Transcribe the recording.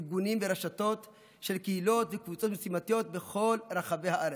ארגונים ורשתות של קהילות וקבוצות משימתיות בכל רחבי הארץ,